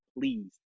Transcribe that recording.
please